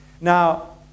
Now